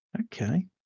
Okay